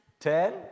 Ten